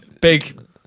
big